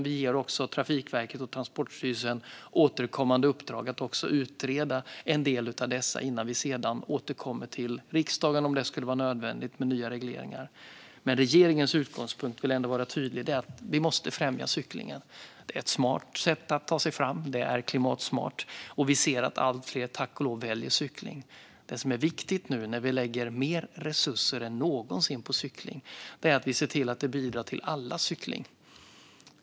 Vi ger Trafikverket och Transportstyrelsen återkommande uppdrag att utreda en del av dessa innan vi sedan återkommer till riksdagen, om det skulle vara nödvändigt med nya regleringar. Men regeringens utgångspunkt - jag vill vara tydlig - är att vi måste främja cyklingen. Det är ett smart sätt att ta sig fram. Det är klimatsmart. Tack och lov ser vi att allt fler väljer cykling. Det som är viktigt nu när vi lägger mer resurser än någonsin på cykling är att se till att det bidrar till allas cykling.